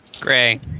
Gray